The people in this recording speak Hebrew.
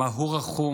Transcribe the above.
מה הוא רחום,